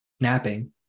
napping